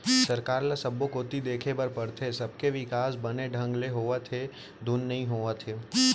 सरकार ल सब्बो कोती ल देखे बर परथे, सबके बिकास बने ढंग ले होवत हे धुन नई होवत हे